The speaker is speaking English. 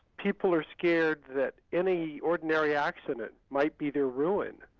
people are scared that any ordinary accident might be their ruin.